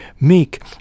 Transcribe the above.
meek